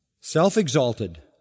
self-exalted